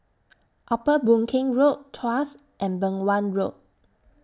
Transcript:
Upper Boon Keng Road Tuas and Beng Wan Road